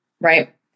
right